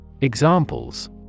Examples